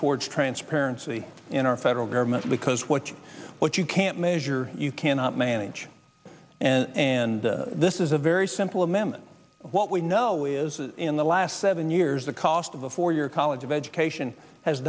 towards transparency in our federal government because what you what you can't measure you cannot manage and this is a very simple amendment what we know is in the last seven years the cost of the four year college of education has